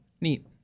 Neat